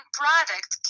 product